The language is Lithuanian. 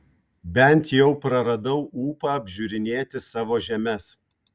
bent jau praradau ūpą apžiūrinėti savo žemes